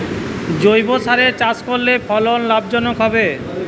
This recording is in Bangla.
জৈবসারে চাষ করলে ফলন লাভজনক হবে?